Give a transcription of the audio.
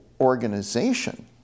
organization